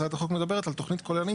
הצעת החוק מדברת על תוכנית כוללנית